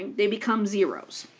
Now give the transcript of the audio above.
they become zeroes.